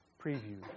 preview